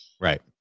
Right